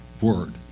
Word